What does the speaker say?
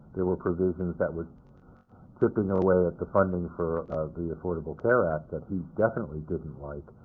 there were provisions that were chipping and away at the funding for the affordable care act that he definitely didn't like.